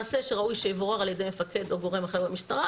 מעשה שראוי שיבורר על ידי מפקד או גורם אחר במשטרה.